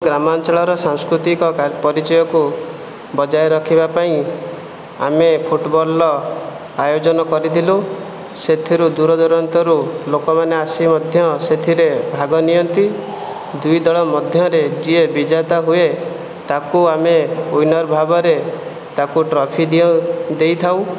ଗ୍ରାମାଞ୍ଚଳର ସାଂସ୍କୃତିକ ପରିଚୟକୁ ବଜାୟ ରଖିବା ପାଇଁ ଆମେ ଫୁଟବଲ୍ର ଆୟୋଜନ କରିଥିଲୁ ସେଥିରୁ ଦୂରଦୂରାନ୍ତରରୁ ଲୋକମାନେ ଆସି ମଧ୍ୟ ସେଥିରେ ଭାଗ ନିଅନ୍ତି ଦୁଇ ଦଳ ମଧ୍ୟରେ ଯିଏ ବିଜେତା ହୁଏ ତାକୁ ଆମେ ୱିନର ଭାବରେ ତାକୁ ଟ୍ରଫି ଦେଉ ଦେଇଥାଉ